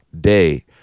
day